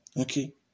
Okay